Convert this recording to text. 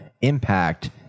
impact